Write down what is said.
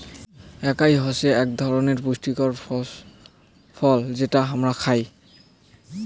একাই বেরি হসে আক ধরণনের পুষ্টিকর ফল যেটো হামরা খাই